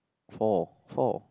four four